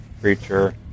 creature